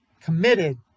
committed